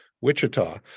Wichita